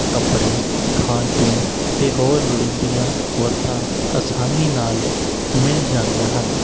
ਕੱਪੜੇ ਖਾਣ ਪੀਣ ਅਤੇ ਹੋਰ ਲੋਂੜੀਦੀਆਂ ਵਸਤਾਂ ਆਸਾਨੀ ਨਾਲ ਮਿਲ ਜਾਂਦੀਆਂ ਹਨ